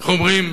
איך אומרים,